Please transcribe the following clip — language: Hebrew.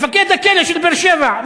מפקד הכלא של באר-שבע,